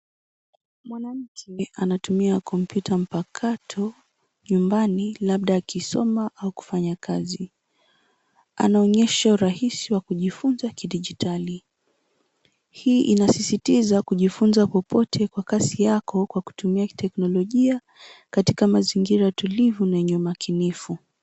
Mwanamke anatumia kompyuta mpakato nyumbani labda akisoma au kufanya kazi. Anaonyesha urahisi wa kujifunza kidijitali. Hii inasisitiza kujifunza popote kwa kasi yako kwakutumia kiteknolojia katika mazingira tulivu na yenye umakinifu.